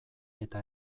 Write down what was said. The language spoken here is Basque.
eta